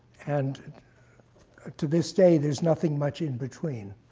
and to this day, there's nothing much in between.